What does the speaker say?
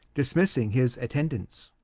dismissing his attendants.